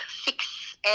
six